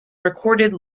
recorded